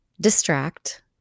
distract